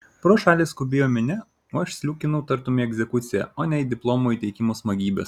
pro šalį skubėjo minia o aš sliūkinau tartum į egzekuciją o ne į diplomų įteikimo smagybes